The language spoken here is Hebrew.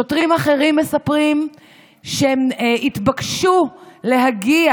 שוטרים אחרים מספרים שהם התבקשו להגיע,